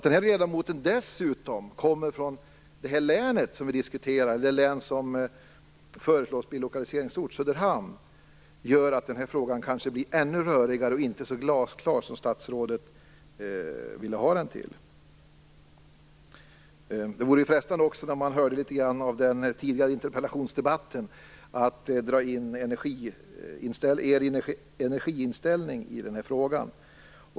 Denna ledamot kommer dessutom från det län som vi diskuterar och vari den ort som föreslås bli lokaliseringsort, Söderhamn, ligger, och detta gör att den här frågan blir ännu rörigare och inte så glasklar som statsrådet vill ha den till. Det vore också frestande att, med den tidigare interpellationsdebatten i färskt minne, dra in regeringens energiinställning i den här frågan.